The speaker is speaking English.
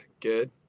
good